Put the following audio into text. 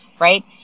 right